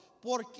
porque